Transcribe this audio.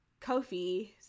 Kofi